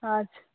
अच्छा